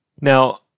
Now